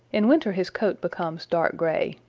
in winter his coat becomes dark gray.